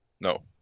No